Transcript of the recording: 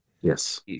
Yes